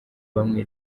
bamwe